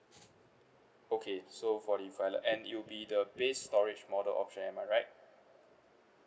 okay so for the violet and it will be the base storage model option am I right